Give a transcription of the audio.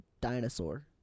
dinosaur